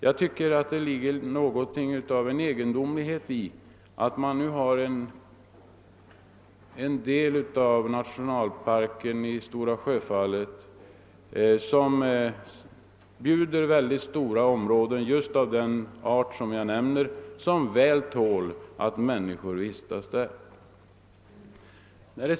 Jag tycker att det är egendomligt att man nu ifrån oppositionens sida vill motverka en väg till den del av Stora Sjöfallets nationalpark som just erbjuder mycket stora områden av den art som jag nämnde och som väl tål att människor vistas där.